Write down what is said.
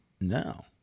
No